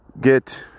get